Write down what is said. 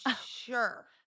sure